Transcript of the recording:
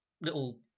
little